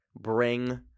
bring